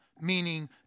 meaning